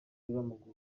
w’umupira